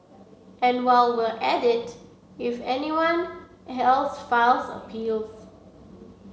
and while we're at it if anyone else files appeals